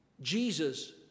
Jesus